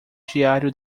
diário